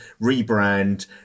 rebrand